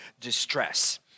distress